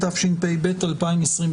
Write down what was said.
התשפ"ב-2022.